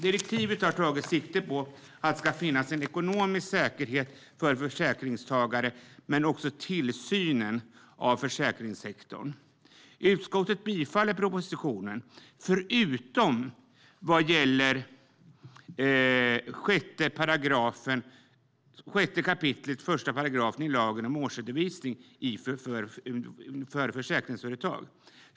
Direktivet har tagit sikte på att det ska finnas en ekonomisk säkerhet för försäkringstagare och på tillsynen av försäkringssektorn. Utskottet biträder propositionen utom när det gäller 6 kap. 1 § lagen om årsredovisning i försäkringsföretag.